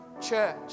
Church